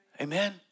Amen